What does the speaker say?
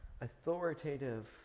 authoritative